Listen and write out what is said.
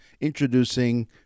introducing